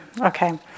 Okay